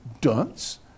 dunce